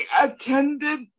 attended